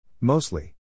Mostly